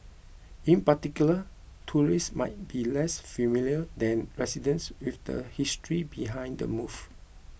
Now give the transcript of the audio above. in particular tourists might be less familiar than residents with the history behind the move